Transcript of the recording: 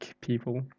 people